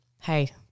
hey